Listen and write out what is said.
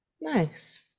nice